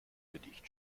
gedicht